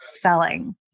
selling